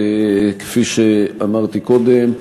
כפי שאמרתי קודם,